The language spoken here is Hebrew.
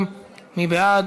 (תיקון,